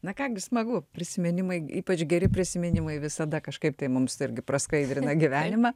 na ką gi smagu prisiminimai ypač geri prisiminimai visada kažkaip tai mums irgi praskaidrina gyvenimą